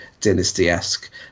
dynasty-esque